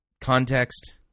context